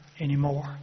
anymore